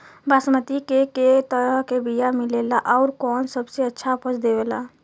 बासमती के कै तरह के बीया मिलेला आउर कौन सबसे अच्छा उपज देवेला?